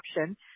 option